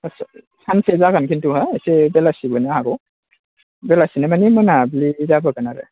सानसे जागोन किन्तु एसे बेलासि जाबोनो हागौ बेलासि माने मोनाबिलि जाबोगोन